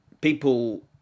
people